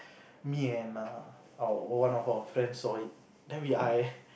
me and err our one of our friend saw it then we I